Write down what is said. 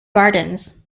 gardens